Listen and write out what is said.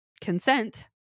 consent